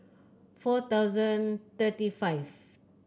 four thousand thirty five